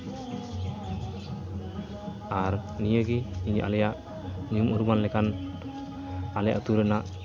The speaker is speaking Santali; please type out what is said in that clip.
ᱟᱨ ᱱᱤᱭᱟᱹ ᱜᱮ ᱤᱧ ᱟᱞᱮᱭᱟᱜ ᱧᱩᱢ ᱩᱨᱩᱢᱟᱱ ᱞᱮᱠᱟᱱ ᱟᱞᱮ ᱟᱹᱛᱩ ᱨᱮᱱᱟᱜ